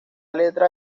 letra